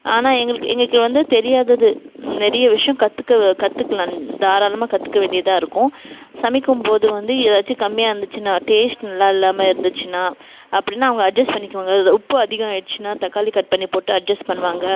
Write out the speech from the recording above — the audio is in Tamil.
ஆனால் எங்களுக்கு எங்களுக்கு வந்து தெரியாதது நிறையா விஷயம் கற்றுக்க கற்றுக்கலாம் தாராளமாக கற்றுக்க வேண்டியதாக இருக்கும் சமைக்கும்போது வந்து ஏதாச்சும் கம்மியாக இருந்துச்சுன்னா டேஸ்ட் நல்லா இல்லாமல் இருந்திச்சுன்னா அப்படின்னா அவங்க அட்ஜஸ்ட் பண்ணிக்குவாங்க அதாவது உப்பு அதிகம் ஆகிடிச்சின்னா தக்காளி கட் பண்ணி போட்டு அட்ஜஸ்ட் பண்ணுவாங்க